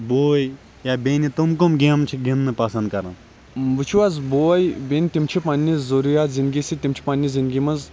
وُچھِو حظ بوے بیٚنہِ تِم چھِ پَننِس ضروریات زِندگی سۭتۍ تِم چھِ پَننہِ زِنٛدگی مَنٛز